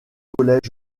collège